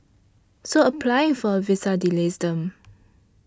so applying for a visa delays them